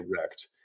wrecked